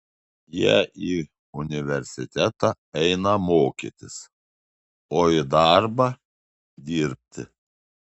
jie į universitetą eina mokytis o į darbą dirbti